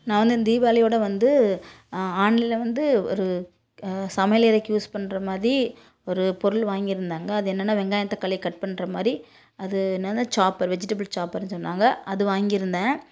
நான் வந்து இந்த தீபாவளியோட வந்து ஆன்லைனில் வந்து ஒரு சமையலறைக்கு யூஸ் பண்ணுற மாதிரி ஒரு பொருள் வாங்கிருந்தேங்க அது என்னன்னா வெங்காயம் தக்காளி கட் பண்ணுற மாதிரி அது என்னது சாப்பர் வெஜிடபிள் சாப்பர்னு சொன்னாங்க அது வாங்கிருந்தேன்